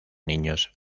niños